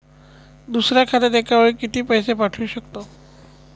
दुसऱ्या खात्यात एका वेळी किती पैसे पाठवू शकतो?